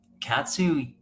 Katsu